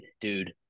dude